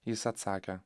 jis atsakė